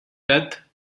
death